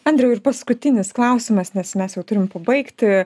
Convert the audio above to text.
andriau ir paskutinis klausimas nes mes jau turim pabaigti